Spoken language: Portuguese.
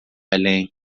além